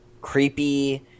creepy